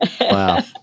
Wow